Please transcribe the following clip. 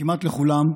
כמעט לכולם,